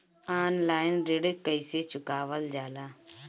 Online ऋण कईसे चुकावल जाला?